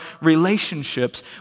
relationships